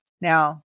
Now